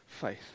faith